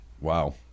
Wow